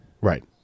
Right